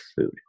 food